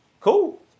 cool